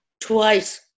twice